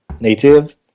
native